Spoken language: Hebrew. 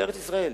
לארץ-ישראל.